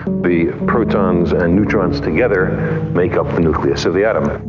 the protons and neutrons together make up the nucleus of the atom.